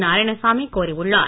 நராயணசாமி கோரியுள்ளார்